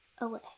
Away